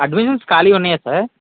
admissions ఖాళీ ఉన్నాయా sir